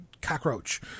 cockroach